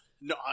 No